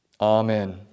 Amen